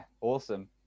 awesome